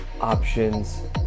options